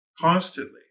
constantly